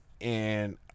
and-